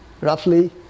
roughly